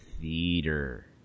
Theater